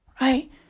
right